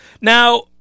Now